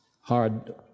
hard